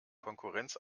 konkurrenz